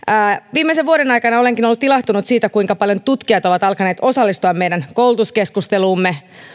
viimeisen vuoden aikana olenkin ollut ilahtunut siitä kuinka paljon tutkijat ovat alkaneet osallistua meidän koulutuskeskusteluumme